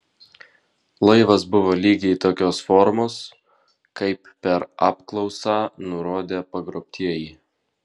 laivas buvo lygiai tokios formos kaip per apklausą nurodė pagrobtieji